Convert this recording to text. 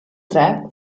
tre